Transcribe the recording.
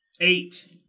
Eight